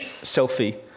selfie